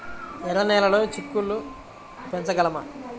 ఎర్ర నెలలో చిక్కుళ్ళు పెంచగలమా?